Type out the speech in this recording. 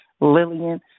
Lillian